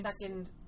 Second